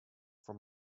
from